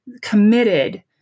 committed